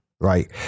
Right